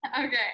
Okay